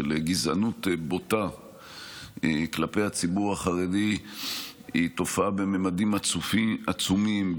של גזענות בוטה כלפי הציבור החרדי היא תופעה בממדים עצומים,